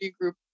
group